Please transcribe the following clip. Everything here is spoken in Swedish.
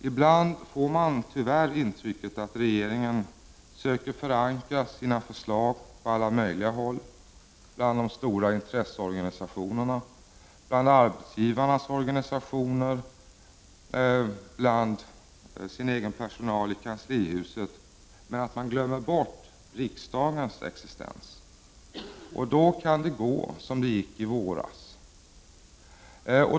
Ibland får man tyvärr intrycket att regeringen söker förankra sina förslag på alla möjliga håll, bland de stora intresseorganisationerna, bland arbetsgivarnas organisationer, bland sin egen personal i kanslihuset, men glömmer bort riksdagens existens. Då kan det gå som det gick i våras.